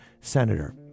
senator